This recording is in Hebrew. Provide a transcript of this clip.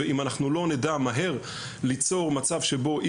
ואם אנחנו לא נדע מהר ליצור מצב שבו אי